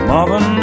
Mother